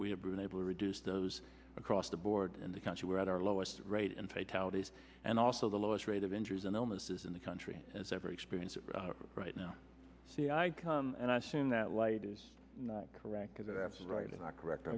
we have been able to reduce those across the board in the country we're at our lowest rate in paid holidays and also the lowest rate of injuries and illnesses in the country as ever experienced right now see i come and i assume that light is correct right and i correct